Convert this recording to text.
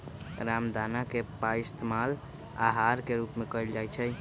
रामदाना के पइस्तेमाल आहार के रूप में कइल जाहई